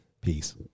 Peace